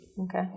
Okay